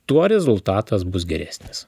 tuo rezultatas bus geresnis